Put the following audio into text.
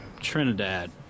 Trinidad